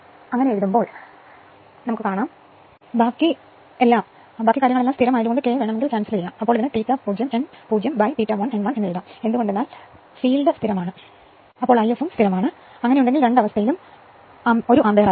ഇങ്ങനെ എഴുതാം കേസുകൾ നിലവിലുള്ളത് 1 ആമ്പിയർ ആണ്